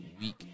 week